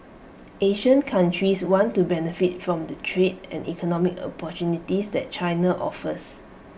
Asian countries want to benefit from the trade and economic opportunities that China offers